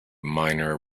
minor